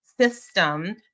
system